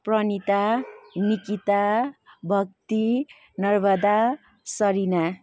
Pranita Nikita Bhakti Narvada Sarina